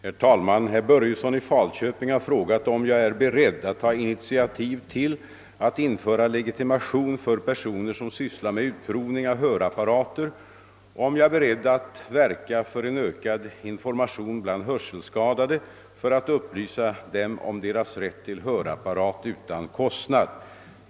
Herr talman! Herr Börjesson i Falköping har frågat, om jag är beredd att ta initiativ till att införa legitimation för personer som sysslar med utprovning av hörapparater och om jag är beredd att verka för en ökad information bland hörselskadade för att upplysa dem om deras rätt till hörapparat utan kostnad.